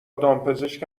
دامپزشک